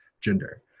gender